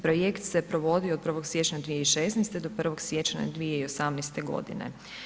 Projekt se provodi od 1. siječnja 2016. do 1. siječnja 2018. godine.